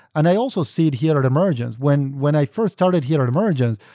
and i also see it here at emergence. when when i first started here at emergence,